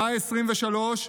במאי 2023,